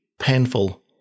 painful